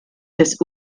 des